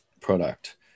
product